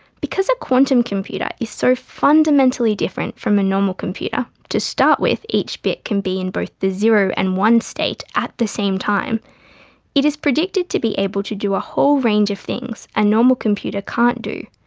because a quantum computer is so fundamentally different from a normal computer to start with, each bit can be in both the zero and one state at the same time it is predicted to be able to do a whole range of things a normal computer can't do,